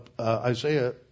Isaiah